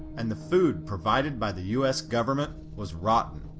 and the food provided by the us government was rotten.